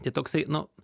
tai toksai nu